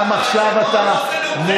אתה עושה